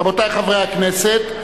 רבותי חברי הכנסת,